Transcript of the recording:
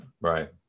right